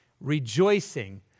rejoicing